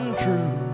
true